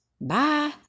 Bye